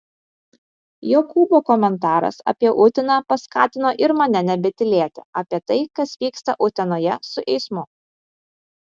jokūbo komentaras apie uteną paskatino ir mane nebetylėti apie tai kas vyksta utenoje su eismu